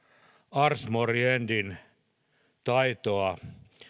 ars moriendin taitoa